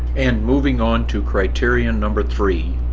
and moving on to criterion number three,